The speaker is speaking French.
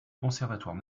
conservatoire